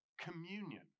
communion